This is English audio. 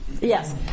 Yes